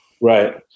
Right